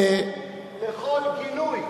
אני מגנה בכל גינוי,